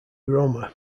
roma